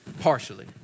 Partially